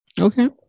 Okay